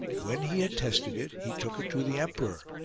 when he had tested it, he took it to the emperor,